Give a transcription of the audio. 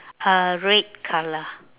uh red colour